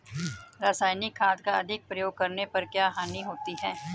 रासायनिक खाद का अधिक प्रयोग करने पर क्या हानि होती है?